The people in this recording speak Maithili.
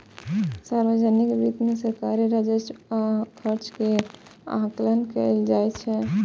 सार्वजनिक वित्त मे सरकारी राजस्व आ खर्च के आकलन कैल जाइ छै